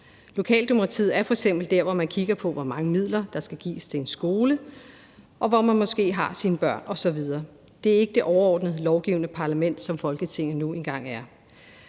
Lokaldemokratiet er f.eks. der, hvor der kigges på, hvor mange midler der skal gives til en skole, hvor man måske har sine børn osv. Det er ikke det overordnede lovgivende parlament, som Folketinget nu engang er.